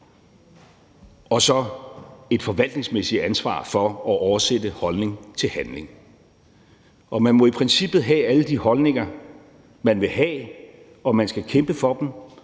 og så et forvaltningsmæssigt ansvar for at oversætte holdning til handling. Og man må i princippet have alle de holdninger, man vil have, og man skal kæmpe for dem.